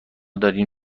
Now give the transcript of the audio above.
دارین